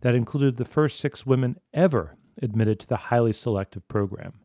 that included the first six women ever admitted to the highly selective program.